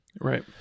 Right